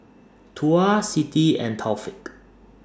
Tuah Siti and Taufik